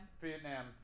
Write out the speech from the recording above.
Vietnam